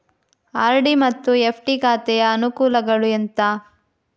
RD ಮತ್ತು FD ಖಾತೆಯ ಅನುಕೂಲಗಳು ಎಂತ?